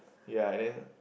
ya and then